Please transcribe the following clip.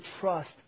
trust